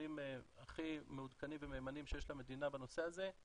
הנתונים הכי מעודכנים ומהימנים שיש למדינה בנושא הזה,